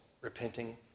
repenting